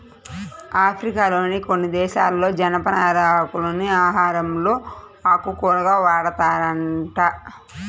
ఆఫ్రికాలోని కొన్ని దేశాలలో జనపనార ఆకులను ఆహారంలో ఆకుకూరగా వాడతారంట